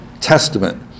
testament